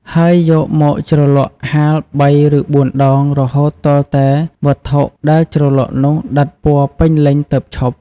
ហើយយកមកជ្រលក់ហាលបី ឬបួនដង រហូតទាល់តែវត្ថុដែលជ្រលក់នោះដិតពណ៌ពេញលេញទើបឈប់។